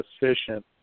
efficient